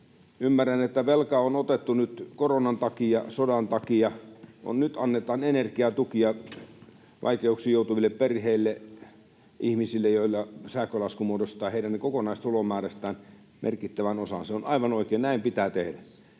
Ymmärrän, että velkaa on otettu nyt koronan takia, sodan takia, nyt annetaan energiatukia vaikeuksiin joutuville perheille, ihmisille, joilla sähkölasku muodostaa heidän kokonaistulomäärästään merkittävän osan. Se on aivan oikein, näin pitää tehdä.